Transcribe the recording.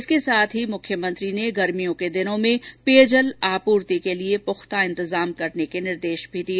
इसके साथ ही मुख्यमंत्री ने गर्मी के दिनों में पेयजल आपूर्ति के लिए पुख्ता इंतजाम करने के निर्देश भी दिए